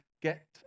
get